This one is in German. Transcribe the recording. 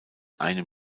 einem